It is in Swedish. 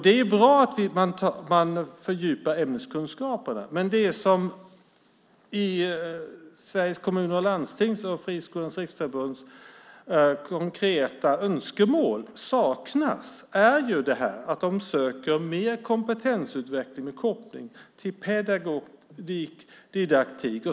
Det är bra att man fördjupar ämneskunskaperna, men det som är Sveriges Kommuner och Landstings och Friskolornas Riksförbunds konkreta önskemål är ju mer kompetensutveckling och koppling till pedagogik och didaktik.